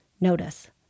Notice